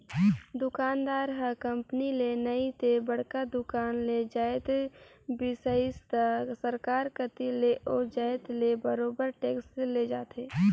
दुकानदार ह कंपनी ले नइ ते बड़का दुकान ले जाएत बिसइस त सरकार कती ले ओ जाएत ले बरोबेर टेक्स ले जाथे